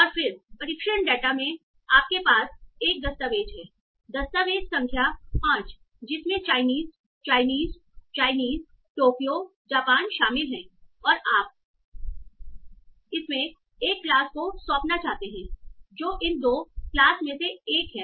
और फिर परीक्षण डेटा में आपके पास 1 दस्तावेज़ है दस्तावेज़ संख्या 5 जिसमें Chinese Chinese Chinese Tokyo Japan शामिल हैं और आप इसमें से एक क्लास को सौंपना चाहते हैं जो इन 2 क्लास में से एक है